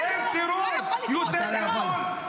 אין טרור גדול יותר מהכיבוש הישראלי.